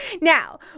Now